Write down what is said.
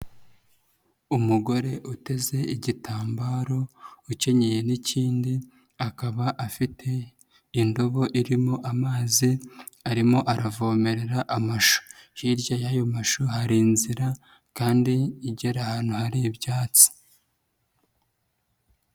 Umugore uteze igitambaro, ukennyeye n'ikindi, akaba afite indobo irimo amazi, arimo aravomerera amashu. Hirya y'ayo mashu hari inzira kandi igera ahantu hari ibyatsi.